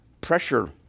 pressure